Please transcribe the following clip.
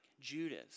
Judas